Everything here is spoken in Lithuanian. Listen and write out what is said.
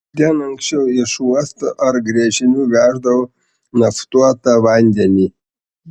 ten anksčiau iš uosto ar gręžinių veždavo naftuotą vandenį